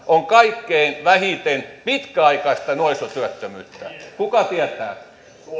on kaikkein vähiten pitkäaikaista nuorisotyöttömyyttä kuka tietää